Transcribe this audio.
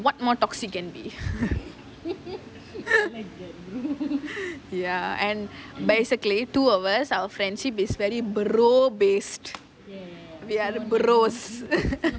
what more toxic can be ya and bascially two of us our friendship is very brother based we are bros